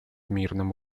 мирном